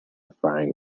frying